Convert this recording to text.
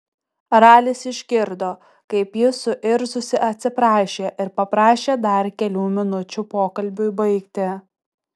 ralis išgirdo kaip ji suirzusi atsiprašė ir paprašė dar kelių minučių pokalbiui baigti